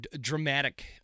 dramatic